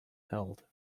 held